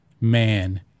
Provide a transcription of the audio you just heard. Man